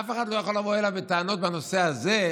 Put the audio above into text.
אף אחד לא יכול לבוא אליו בטענות בנושא הזה,